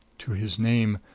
to his name,